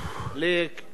לנכים,